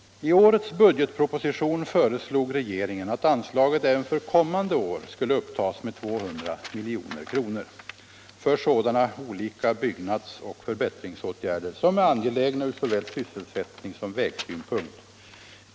I årets budgetproposition föreslog regeringen att anslaget även för kommande år skulle upptas med 200 milj.kr. för sådana olika byggnadsoch förbättringsåtgärder som är angelägna ur såväl sysselsättningssom vägsynpunkt.